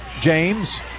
James